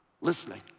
listening